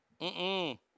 Mm-mm